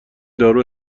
دارو